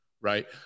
Right